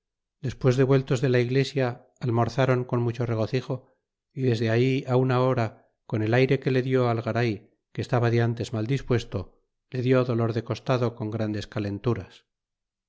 despues de vueltos de la iglesia almorzron con mucho regocijo y desde ahí á una hora con el ayre que le di al garay que estaba de ntes mal dispuesto le dió dolor de costado con grandes calenturas